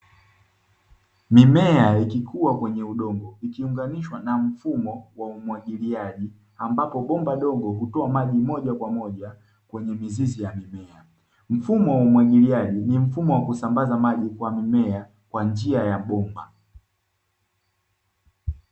Mimea ikikua kwenye udongo ikiunganishwa na mfumo wa umwagiliaji, ambapo bomba dogo hutoa maji moja kwa moja kwenye mizizi ya mimea. Mfumo wa umwagiliaji ni mfumo wa kusambaza maji kwa mimea kwa njia ya bomba.